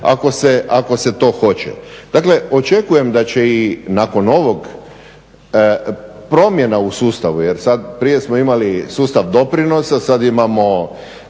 ako se to hoće. Dakle očekujem da će i nakon ovih promjena u sustavu jer prije smo imali sustav doprinosa, sada imamo